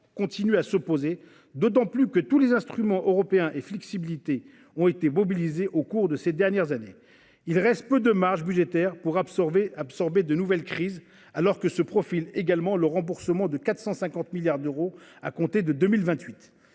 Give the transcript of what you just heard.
continue de se poser, d’autant plus que tous les instruments européens de flexibilité ont été mobilisés au cours de ces dernières années. Il reste peu de marges budgétaires pour absorber de nouvelles crises, alors que se profile également le remboursement de 450 milliards d’euros à compter de 2028.